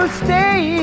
stay